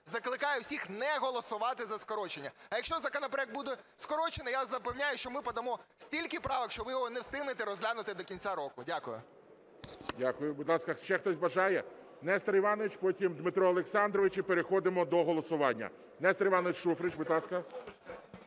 закликаю всіх не голосувати за скорочення. А якщо законопроект буде скорочений, я вас запевняю, що ми подамо стільки правок, що ви його не встигнете розглянути до кінця року. Дякую. ГОЛОВУЮЧИЙ. Дякую. Будь ласка, ще хтось бажає? Нестор Іванович, потім Дмитро Олександрович, і переходимо до голосування. Нестор Іванович Шуфрич, будь ласка.